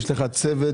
יש לך צוות